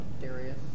Darius